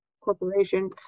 Corporation